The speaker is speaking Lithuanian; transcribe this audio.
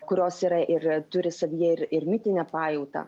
kurios yra ir turi savyje ir ir mitinę pajautą